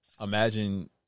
Imagine